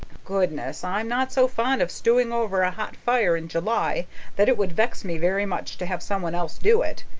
goodness, i'm not so fond of stewing over a hot fire in july that it would vex me very much to have someone else do it.